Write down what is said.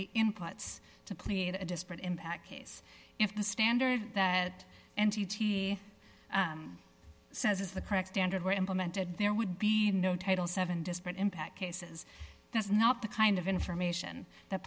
the inputs to create a disparate impact case if the standard that n t t says is the correct standard were implemented there would be no title seven disparate impact cases that's not the kind of information th